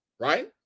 right